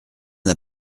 n’a